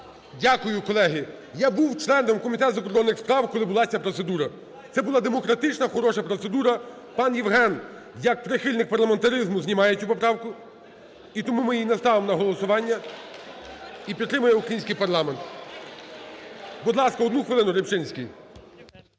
Дякую. Колеги, я був членом Комітету із закордонних справ, коли була ця процедура. Це була демократична хороша процедура. Пан Євген як прихильник парламентаризму знімає цю поправку, і тому ми її не ставимо на голосування, і підтримує український парламент. Будь ласка, одну хвилину, Рибчинський.